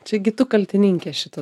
taigi tu kaltininkė šito